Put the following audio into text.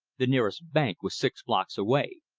the nearest bank was six blocks away.